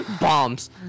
bombs